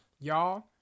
Y'all